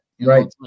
Right